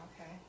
okay